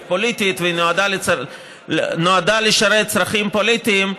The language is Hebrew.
פוליטית והיא נועדה לשרת צרכים פוליטיים,